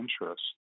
interests